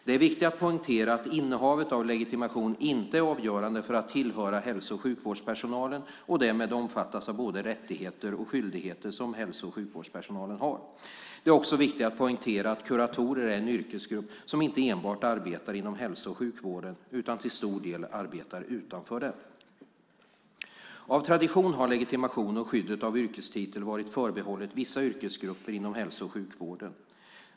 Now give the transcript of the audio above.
Det är viktigt att poängtera att innehavet av en legitimation inte är avgörande för att tillhöra hälso och sjukvårdspersonalen och därmed omfattas av både de rättigheter och de skyldigheter som hälso och sjukvårdspersonalen har. Det är också viktigt att poängtera att kuratorer är en yrkesgrupp som inte enbart arbetar inom hälso och sjukvården utan till stor del arbetar utanför den. Av tradition har legitimation och skyddet av yrkestitel varit förbehållet vissa yrkesgrupper inom hälso och sjukvården.